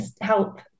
help